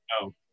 No